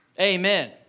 Amen